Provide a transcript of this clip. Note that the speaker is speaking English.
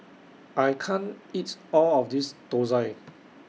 I can't eat All of This Thosai